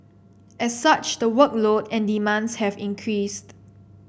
as such the workload and demands have increased